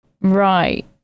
right